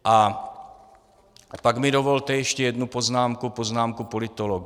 A pak mi dovolte ještě jednu poznámku, poznámku politologa.